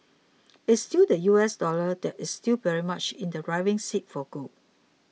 it's still the U S dollar that is still very much in the driving seat for gold